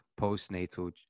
Postnatal